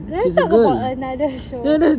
can we talk about another show